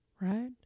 right